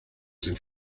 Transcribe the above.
sind